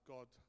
God